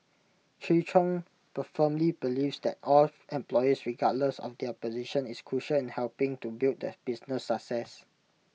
Chi chung per firmly believes that all employees regardless of their position is crucial in helping to build the business success